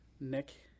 Nick